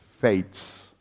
fates